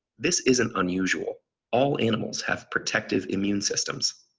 this isn't unusual all animals have protective immune systems,